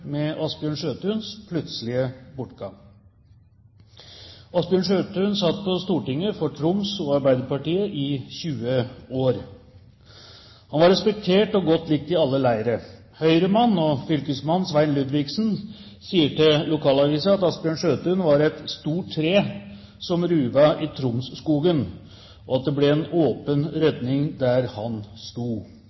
med Asbjørn Sjøthuns plutselige bortgang. Asbjørn Sjøthun satt på Stortinget for Troms og Arbeiderpartiet i 20 år. Han var respektert og godt likt i alle leire. Høyremannen og fylkesmann Svein Ludvigsen sier til lokalavisen at Asbjørn Sjøthun var et stort tre som ruvet i Tromsskogen, og at det vil bli en åpen rydning der han sto.